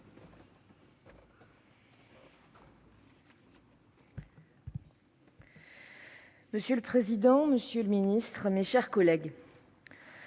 Monsieur le président, monsieur le ministre, mes chers collègues,